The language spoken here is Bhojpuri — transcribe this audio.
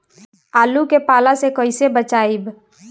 आलु के पाला से कईसे बचाईब?